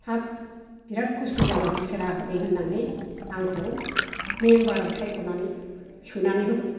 हाब बिराद खस्थ' जाबाय बिसारा ओरै होननानै आंखौ मेम्बारआव सायख'नानै सोनानै होबाय